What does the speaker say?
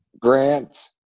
Grant